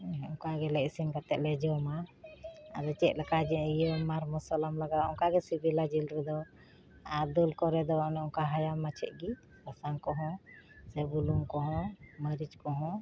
ᱚᱱᱠᱟ ᱜᱮᱞᱮ ᱤᱥᱤᱱ ᱠᱟᱛᱮ ᱞᱮ ᱡᱚᱢᱟ ᱟᱫᱚ ᱪᱮᱫ ᱞᱮᱠᱟ ᱡᱮ ᱤᱭᱟᱹ ᱢᱟᱨ ᱢᱚᱥᱞᱟ ᱞᱟᱜᱟᱣᱟ ᱚᱱᱠᱟ ᱜᱮ ᱥᱤᱵᱤᱞᱟ ᱡᱤᱞ ᱨᱮᱫᱚ ᱟ ᱫᱟᱹᱞ ᱠᱚᱨᱮ ᱫᱚ ᱚᱱᱮ ᱚᱱᱠᱟ ᱦᱟᱭᱟᱢ ᱢᱟᱪᱷᱮᱜ ᱜᱮ ᱥᱟᱥᱟᱝ ᱠᱚᱦᱚᱸ ᱥᱮ ᱵᱩᱞᱩᱝ ᱠᱚᱦᱚᱸ ᱢᱟᱹᱨᱤᱪ ᱠᱚᱦᱚᱸ